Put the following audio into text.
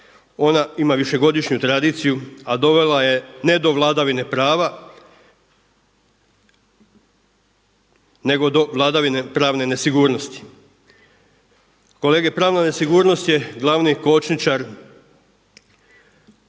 ona ima višegodišnju tradiciju, a dovela je ne do vladavine prava, nego do vladavine pravne nesigurnosti. Kolege pravna nesigurnost je glavni kočničar